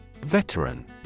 Veteran